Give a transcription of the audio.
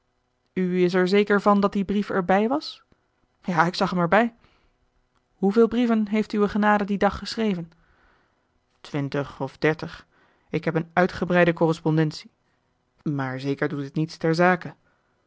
is er zeker van dat die brief er bij was ja ik zag hem er bij hoeveel brieven heeft uwe genade dien dag geschreven twintig of dertig ik heb een uitgebreide correspondentie maar zeker doet dit niets ter zake